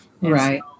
Right